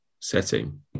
setting